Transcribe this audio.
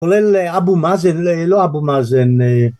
אולי לאבו מאזן, לא אבו מאזן